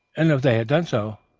and if they had done so,